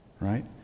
Right